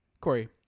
Corey